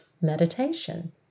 meditation